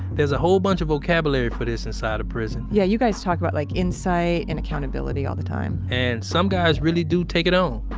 there's a whole bunch of vocabulary for this inside of prison yeah. you guys talk about like insight and accountability all the time and some guys really do take it on,